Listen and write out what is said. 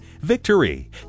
Victory